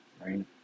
right